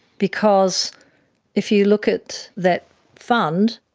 because if you look at that fund,